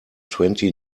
twenty